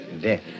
death